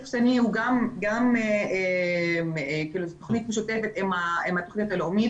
זו תוכנית משותפת עם התוכנית הלאומית.